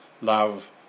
love